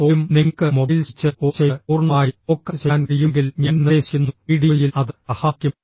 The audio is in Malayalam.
പോലും നിങ്ങൾക്ക് മൊബൈൽ സ്വിച്ച് ഓഫ് ചെയ്ത് പൂർണ്ണമായും ഫോക്കസ് ചെയ്യാൻ കഴിയുമെങ്കിൽ ഞാൻ നിർദ്ദേശിക്കുന്നു വീഡിയോയിൽ അത് സഹായിക്കും